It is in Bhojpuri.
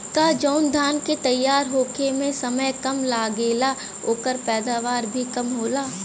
का जवन धान के तैयार होखे में समय कम लागेला ओकर पैदवार भी कम होला?